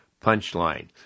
punchline